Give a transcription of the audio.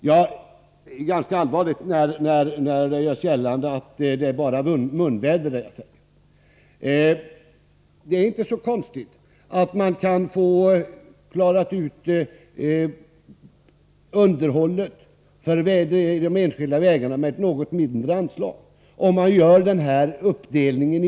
Det är ganska allvarligt att, som skett i den här debatten, göra gällande att det jag säger bara är munväder. Om man gör en uppdelning i olika kategorier är det inte så konstigt att man kan klara underhållet av de enskilda vägarna med ett något mindre anslag.